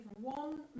one